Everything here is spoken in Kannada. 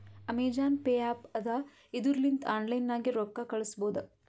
ಅಮೆಜಾನ್ ಪೇ ಆ್ಯಪ್ ಅದಾ ಇದುರ್ ಲಿಂತ ಆನ್ಲೈನ್ ನಾಗೆ ರೊಕ್ಕಾ ಕಳುಸ್ಬೋದ